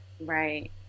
right